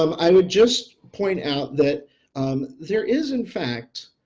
um i would just point out that there is in fact,